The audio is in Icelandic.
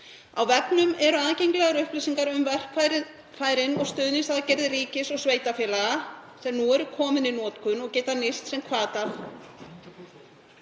Á vefnum eru aðgengilegar upplýsingar um verkfærin og stuðningsaðgerðir ríkis og sveitarfélaga sem nú eru komin í notkun og geta nýst sem hvatar